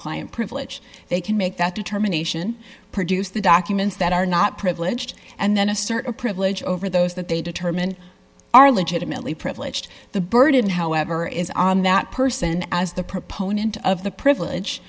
client privilege they can make that determination produce the documents that are not privileged and then assert a privilege over those that they determine are legitimately privileged the burden however is that person as the proponent of the privilege